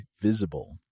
Visible